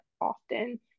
often